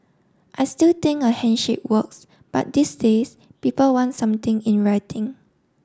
I still think a handshake works but these days people want something in writing